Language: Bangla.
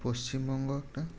পশ্চিমবঙ্গ একটা